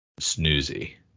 Snoozy